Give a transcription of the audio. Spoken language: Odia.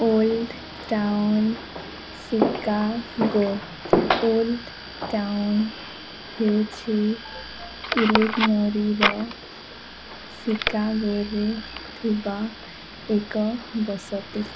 old town Chicago old town ହେଉଛି ଇଲିଗ୍ନୋରୀର ସିକାଗୋରେ ଥିବା ଏକ ବସତି